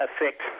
affect